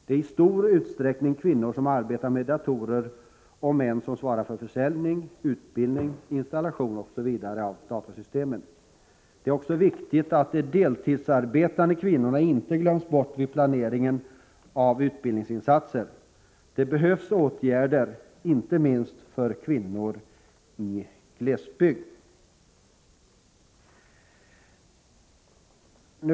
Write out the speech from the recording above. Det är i stor utsträckning kvinnor som arbetar med datorer och män som svarar för försäljning, utbildning, installation osv. av datasystemen. Det är också viktigt att de deltidsarbetande kvinnorna inte glöms bort vid planeringen av utbildningsinsatser. Det behövs inte minst åtgärder för kvinnor i glesbygd.